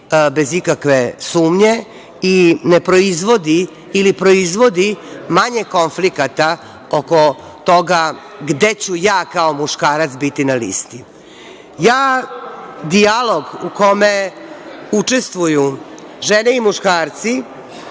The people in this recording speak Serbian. bez ikakve sumnje i ne proizvodi ili proizvodi manje konflikata oko toga gde ću ja kao muškarac biti na listi. Dijalog u kome učestvuju žene i muškarci